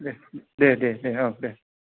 दे दे दे औ दे